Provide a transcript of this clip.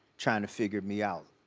tryin' to figure me out.